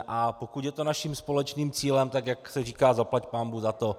A pokud je to naším společným cílem, tak jak se říká zaplaťpánbůh za to.